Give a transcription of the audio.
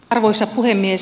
arvoisa puhemies